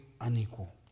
unequal